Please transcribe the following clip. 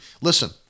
Listen